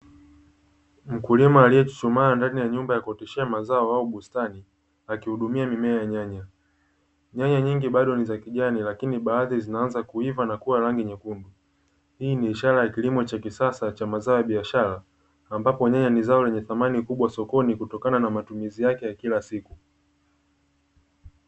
Mkulima aliyechuchumaa ndani ya nyumba ya kuoteshea mazao au bustani akihudumia mimea ya nyanya. Nyanya nyingi bado za kijani lakini baadhi zinaanza kuiva na kuwa rangi nyekundu hii ni ishara ya kilimo cha kisasa cha mazao ya biashara ambapo nyanya ni zao lenye thamani kubwa sokoni kutokana na matumizi yake ya kila siku.